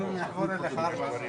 השם המלא של החלטת הממשלה,